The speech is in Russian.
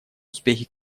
успехе